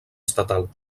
estatal